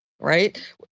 right